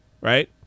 Right